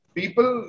people